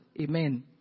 Amen